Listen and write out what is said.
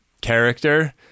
character